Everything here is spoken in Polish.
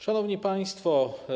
Szanowni Państwo!